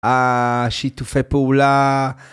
השיתופי פעולה